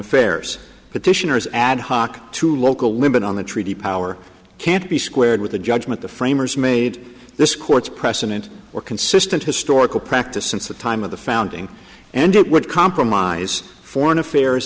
affairs petitioners ad hoc to local limit on the treaty power can't be squared with the judgment the framers made this court's precedent or consistent historical practice since the time of the founding and it would compromise foreign affairs